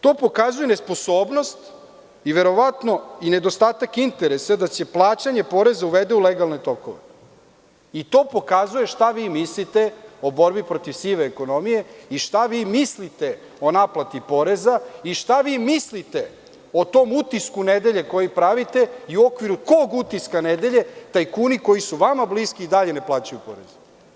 To pokazuje nesposobnost i verovatno nedostatak interesa da se plaćanje poreza uvede u legalne tokove i to pokazuje šta vi mislite o borbi protiv sive ekonomije i šta vi mislite o naplati poreza i šta vi mislite o tom utisku nedelje koji pravite, i u okviru kog utiska nedelje tajkuni koji su vama bliski i dalje ne plaćaju porez.